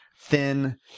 thin